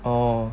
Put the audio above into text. orh